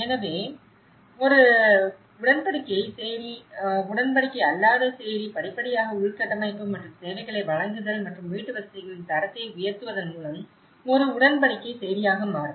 எனவே ஒரு உடன்படிக்கை சேரி உடன்படிக்கை அல்லாத சேரி படிப்படியாக உள்கட்டமைப்பு மற்றும் சேவைகளை வழங்குதல் மற்றும் வீட்டுவசதிகளின் தரத்தை உயர்த்துவதன் மூலம் ஒரு உடன்படிக்கை சேரியாக மாறும்